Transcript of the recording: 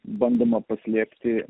bandoma paslėpti